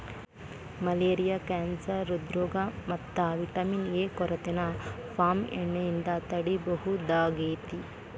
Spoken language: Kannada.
ಮಲೇರಿಯಾ ಕ್ಯಾನ್ಸರ್ ಹ್ರೃದ್ರೋಗ ಮತ್ತ ವಿಟಮಿನ್ ಎ ಕೊರತೆನ ಪಾಮ್ ಎಣ್ಣೆಯಿಂದ ತಡೇಬಹುದಾಗೇತಿ